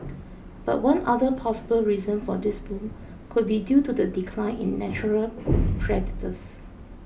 but one other possible reason for this boom could be due to the decline in natural predators